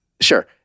Sure